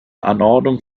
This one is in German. anordnung